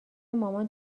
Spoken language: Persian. مامان